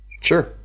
sure